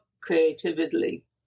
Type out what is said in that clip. creatively